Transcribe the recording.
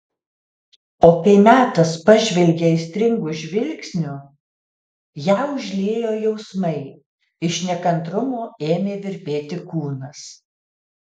o kai metas pažvelgė aistringu žvilgsniu ją užliejo jausmai iš nekantrumo ėmė virpėti kūnas